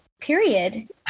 period